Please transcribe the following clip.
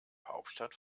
hauptstadt